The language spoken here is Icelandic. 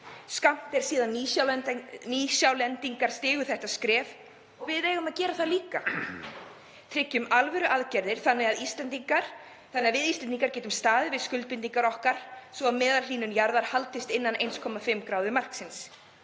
Skammt er síðan Nýsjálendingar stigu það skref og við eigum að gera það líka. Tryggjum alvöruaðgerðir þannig að við Íslendingar getum staðið við skuldbindingar okkar svo að meðalhlýnun jarðar haldist innan við 1,5°C.